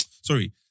sorry